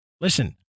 Listen